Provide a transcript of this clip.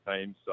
teams